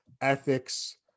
ethics